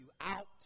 out